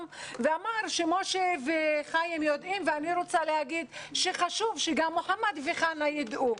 ואמר שמשה וחיים יודעים ואני רוצה להגיד שחשוב שגם מוחמד וחנא יידעו,